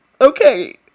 Okay